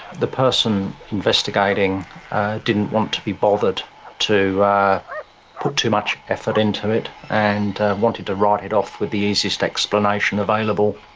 the person investigating didn't want to be bothered to put too much effort into it and wanted to write it off with the easiest explanation available.